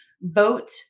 vote